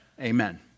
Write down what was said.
Amen